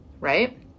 right